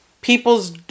people's